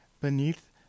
beneath